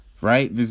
Right